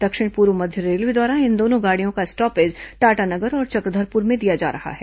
दक्षिण पूर्व मध्य रेलवे द्वारा इन दोनों गाड़ियों का स्टॉपेज टाटानगर और चक्रधरपुर में दिया जा रहा है